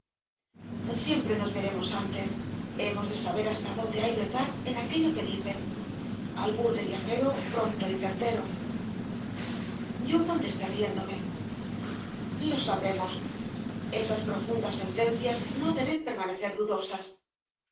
ladino siempre nos veremos antes hemos de saber hasta dónde hay verdad en aquello que dicen albur de viajero pronto y certero yo contesté riéndome lo sabremos esas profundas sentencias no deben permanecer dudosas el